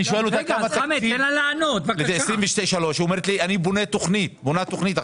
אומרת שהיא בונה תוכנית עכשיו.